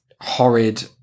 Horrid